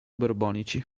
borbonici